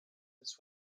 its